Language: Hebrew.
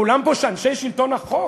כולם פה אנשי שלטון החוק,